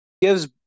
gives